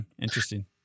Interesting